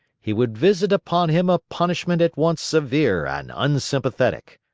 he would visit upon him a punishment at once severe and unsympathetic.